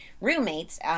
roommates